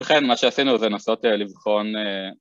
ובכן, מה שעשינו זה לנסות לבחון...